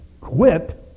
quit